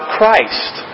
Christ